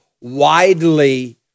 widely